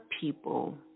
people